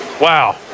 Wow